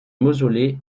mausolée